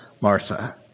Martha